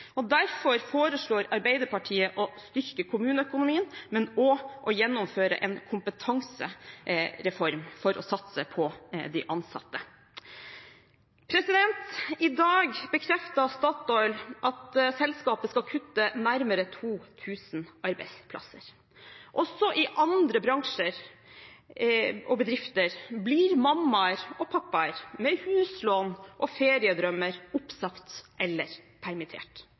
kompetanse. Derfor foreslår Arbeiderpartiet å styrke kommuneøkonomien, men også å gjennomføre en kompetansereform for å satse på de ansatte. I dag bekreftet Statoil at selskapet skal kutte nærmere 2 000 arbeidsplasser. Også i andre bransjer og bedrifter blir mammaer og pappaer, med huslån og feriedrømmer, oppsagt eller permittert.